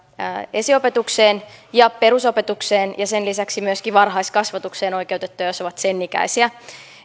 esiopetukseen ja perusopetukseen ja sen lisäksi myöskin varhaiskasvatukseen oikeutettuja jos ovat sen ikäisiä